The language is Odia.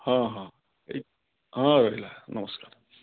ହଁ ହଁ ଏଇ ହଁ ରହିଲା ନମସ୍କାର